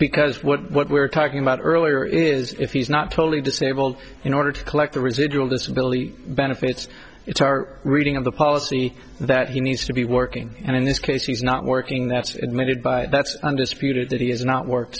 because what we're talking about earlier is if he's not totally disabled in order to collect the residual disability benefits it's our reading of the policy that he needs to be working and in this case he's not working that's admitted by that's undisputed that he has not work